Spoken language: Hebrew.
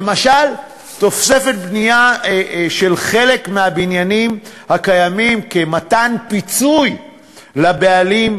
למשל תוספת בנייה על חלק מהבניינים הקיימים כפיצוי לבעלים,